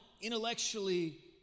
intellectually